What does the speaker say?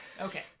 Okay